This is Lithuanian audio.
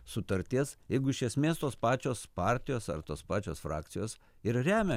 sutarties jeigu iš esmės tos pačios partijos ar tos pačios frakcijos ir remia